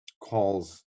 calls